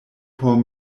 por